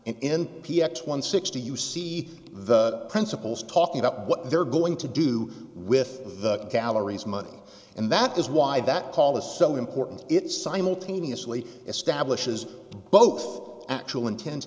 in p s one sixty you see the principals talking about what they're going to do with the gallery's money and that is why that call is so important it simultaneously establishes both actual inten